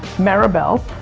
maribel